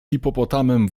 hipopotamem